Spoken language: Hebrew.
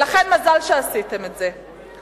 ולכן, מזל שעשיתם את זה.